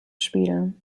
spielen